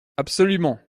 absolument